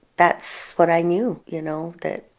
that's what i knew, you know? that